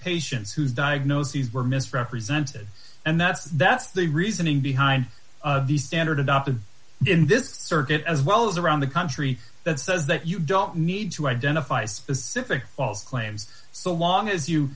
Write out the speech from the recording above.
patients whose diagnoses were misrepresented and that's that's the reasoning behind the standard adopted in this circuit as well as around the country that says that you don't need to identify specific false claims so long as you